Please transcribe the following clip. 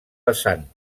vessant